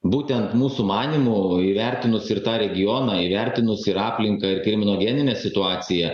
būtent mūsų manymu įvertinus ir tą regioną įvertinus ir aplinką ir kriminogeninę situaciją